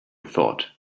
thought